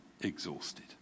exhausted